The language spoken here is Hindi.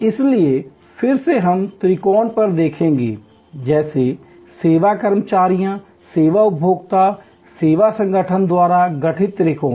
इसलिए फिर से हम त्रिकोण पर देखेंगे सेवा कर्मचारियों सेवा उपभोक्ताओं और सेवा संगठनों द्वारा गठित त्रिकोण